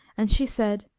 and she said,